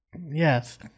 Yes